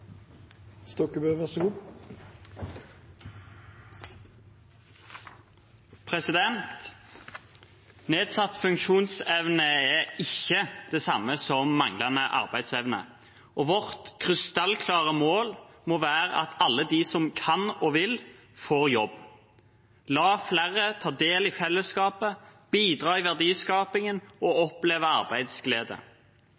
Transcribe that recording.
Nedsatt funksjonsevne er ikke det samme som manglende arbeidsevne, og vårt krystallklare mål må være at alle de som kan og vil, får jobb – la flere ta del i fellesskapet, bidra i verdiskapingen og